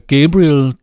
Gabriel